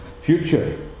future